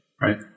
Right